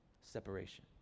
Separation